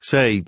Say